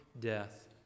death